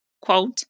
quote